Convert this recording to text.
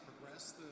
progress